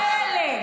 זו המילה,